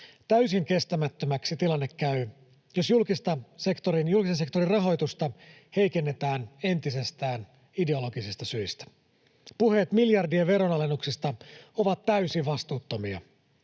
täysin kestämättömäksi tilanne käy, jos julkisen sektorin rahoitusta heikennetään entisestään ideologisista syistä. Puheet miljardien veronalennuksista ovat täysin vastuuttomia.